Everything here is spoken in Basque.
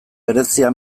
berezia